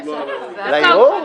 לערעור?